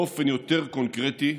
באופן יותר קונקרטי,